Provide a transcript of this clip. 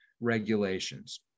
regulations